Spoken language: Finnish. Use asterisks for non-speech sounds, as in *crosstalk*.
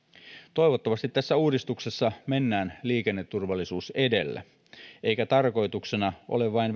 toivottavasti tässä uudistuksessa mennään liikenneturvallisuus edellä eikä tarkoituksena ole vain *unintelligible*